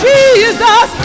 Jesus